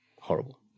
Horrible